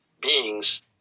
beings